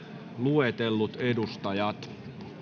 luetellut edustajat